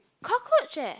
cockroach eh